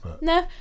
no